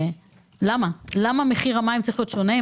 למה מחיר המים צריך להיות שונה?